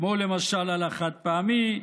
כמו למשל על החד-פעמי,